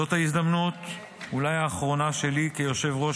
זאת אולי ההזדמנות האחרונה שלי כיושב-ראש